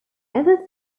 ever